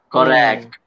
Correct